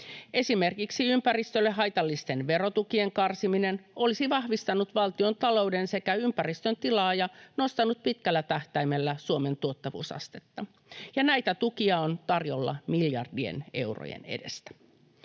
Esimerkiksi ympäristölle haitallisten verotukien karsiminen olisi vahvistanut valtiontalouden sekä ympäristön tilaa ja nostanut pitkällä tähtäimellä Suomen tuottavuusastetta, ja näitä tukia on tarjolla miljardien eurojen edestä.